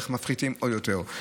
איך מפחיתים עוד יותר.